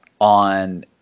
on